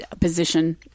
position